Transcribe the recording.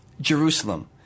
Jerusalem